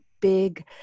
big